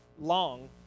long